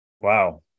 Wow